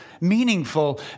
meaningful